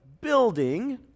building